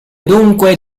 dunque